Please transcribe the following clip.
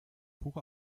pure